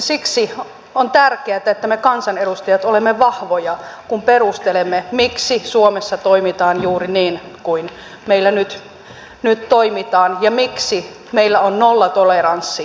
siksi on tärkeätä että me kansanedustajat olemme vahvoja kun perustelemme miksi suomessa toimitaan juuri niin kuin meillä nyt toimitaan ja miksi meillä on nollatoleranssi väkivallassa